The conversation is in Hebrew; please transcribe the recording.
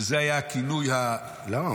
שזה היה הכינוי -- למה,